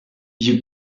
you